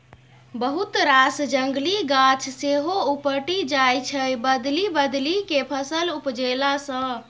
बहुत रास जंगली गाछ सेहो उपटि जाइ छै बदलि बदलि केँ फसल उपजेला सँ